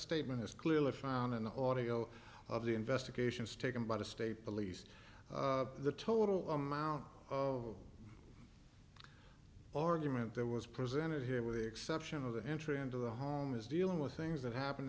minutes clearly found in the audio of the investigations taken by the state police the total amount of argument that was presented here with the exception of the entry into the home is dealing with things that happened